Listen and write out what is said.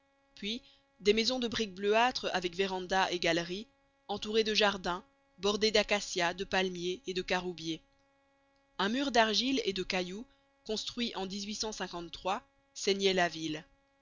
puis des maisons de brique bleuâtre avec vérandas et galeries entourées de jardins bordées d'acacias de palmiers et de caroubiers un mur d'argile et de cailloux construit en ceignait la ville